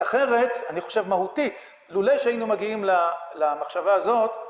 אחרת אני חושב מהותית לולא שהיינו מגיעים למחשבה הזאת